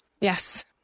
Yes